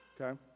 Okay